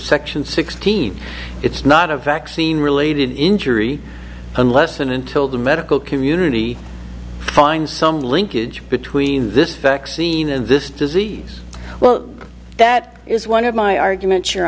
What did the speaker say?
section sixteen it's not a vaccine related injury unless and until the medical community finds some linkage between this vaccine and this disease well that is one of my arguments your